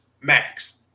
max